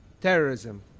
terrorism